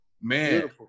Man